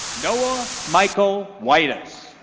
noah michael whitus